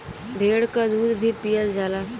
भेड़ क दूध भी पियल जाला